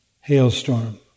hailstorm